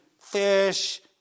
fish